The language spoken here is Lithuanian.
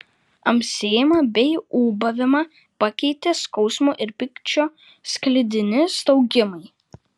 amsėjimą bei ūbavimą pakeitė skausmo ir pykčio sklidini staugimai